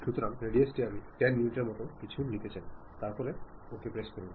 সুতরাং রেডিয়াস টি আমি 10 ইউনিটের মতো কিছু নিতে চাই তারপরে OK ক্লিক করুন